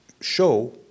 show